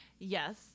Yes